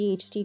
PhD